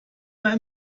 ein